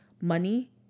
money